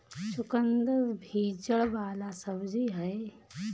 चुकंदर भी जड़ वाला सब्जी हअ